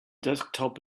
desktop